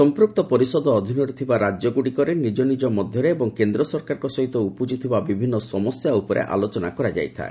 ସମ୍ପୃକ୍ତ ପରିଷଦ ଅଧୀନରେ ଥିବା ରାଜ୍ୟଗୁଡ଼ିକରେ ନିଜ ନିଜ ମଧ୍ୟରେ ଏବଂ କେନ୍ଦ୍ର ସରକାରଙ୍କ ସହିତ ଉପୁଜୁଥିବା ବିଭିନ୍ନ ସମସ୍ୟା ଉପରେ ଆଲୋଚନା କରାଯାଇଥାଏ